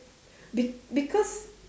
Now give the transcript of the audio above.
be~ because